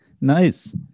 nice